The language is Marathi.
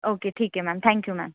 ओके ठीक आहे मॅम थँक्यू मॅम